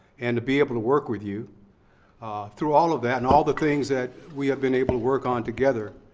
and to be able to work with you through all of that, and all the things that we have been able to work on together.